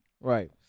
right